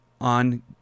on